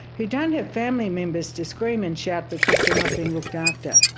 who don't have family members to scream and shout because they're not being looked after.